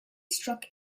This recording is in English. struck